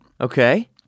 okay